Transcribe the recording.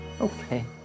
Okay